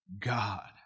God